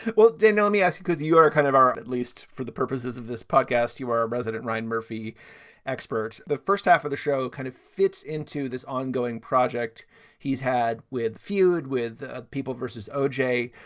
but well, dana, let me ask, because you are kind of out, at least for the purposes of this podcast, you are a resident, ryan murphy expert. the first half of the show kind of fits into this ongoing project he's had with feud with people versus o j.